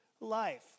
life